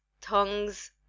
tongues